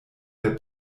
der